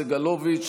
סגלוביץ',